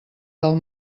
del